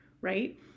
right